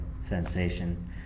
sensation